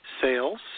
sales